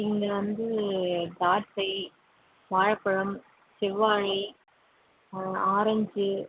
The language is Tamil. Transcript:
இங்கே வந்து திராட்சை வாழைப்பழம் செவ்வாழை ஆரஞ்சு